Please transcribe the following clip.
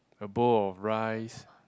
a bowl of rice